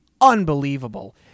unbelievable